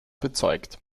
bezeugt